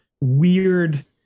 weird